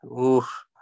Oof